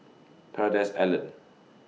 Paradise Island